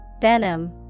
venom